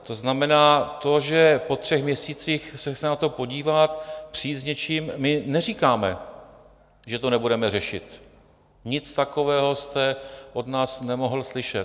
To znamená, to, že po třech měsících se chce na to podívat, přijít s něčím, my neříkáme, že to nebudeme řešit, nic takového jste od nás nemohl slyšet.